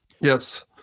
yes